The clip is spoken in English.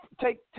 Take